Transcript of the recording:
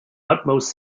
utmost